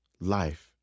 Life